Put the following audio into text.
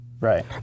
Right